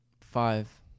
Five